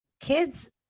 Kids